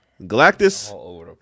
Galactus